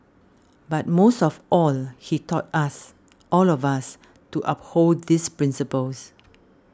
but most of all he taught us all of us to uphold these principles